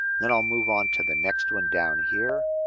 then i'll move on to the next one down here.